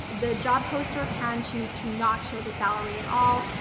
the job poster can choose to not show the salary at all.